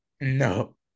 no